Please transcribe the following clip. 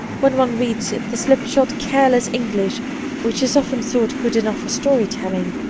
when one reads the slipshod, careless english which is often thought good enough for story-telling,